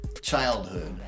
childhood